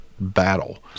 battle